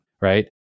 right